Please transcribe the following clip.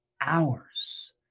hours